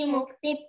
Mukti